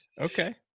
okay